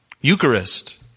Eucharist